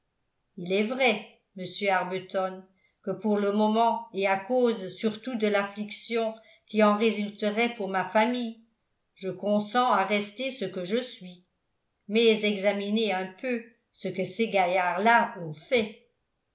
il est vrai monsieur arbuton que pour le moment et à cause surtout de l'affliction qui en résulterait pour ma famille je consens à rester ce que je suis mais examinez un peu ce que ces gaillards-là ont fait